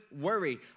worry